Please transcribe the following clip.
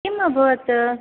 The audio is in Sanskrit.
किम् अभवत्